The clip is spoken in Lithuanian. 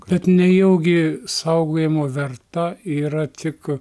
bet nejaugi saugojimo verta yra tik